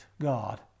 God